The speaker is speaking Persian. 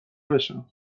بشم